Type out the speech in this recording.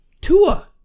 Tua